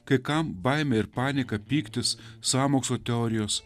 kai kam baimė ir panieka pyktis sąmokslo teorijos